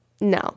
no